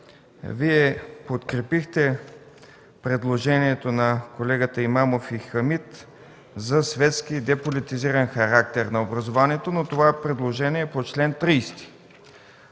Вие подкрепихте предложението на колегите Имамов и Хамид за светски и деполитизиран характер на образованието, но това е предложение по чл. 30.